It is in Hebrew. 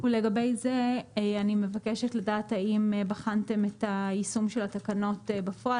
לגבי זה אני מבקשת לדעת האם בחנתם את היישום של התקנות בפועל?